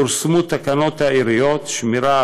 פורסמו תקנות העיריות (שמירה,